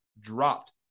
dropped